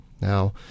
Now